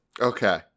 Okay